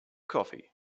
coffee